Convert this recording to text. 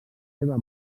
seva